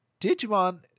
Digimon